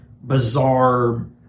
bizarre